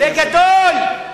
זה גדול,